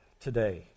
today